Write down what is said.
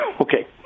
Okay